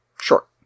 short